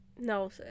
No